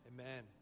Amen